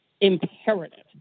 imperative